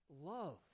love